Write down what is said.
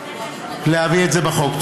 להביא את זה בחוק.